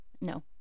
No